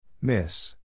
Miss